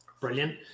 Brilliant